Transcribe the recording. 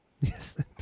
Yes